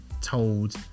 told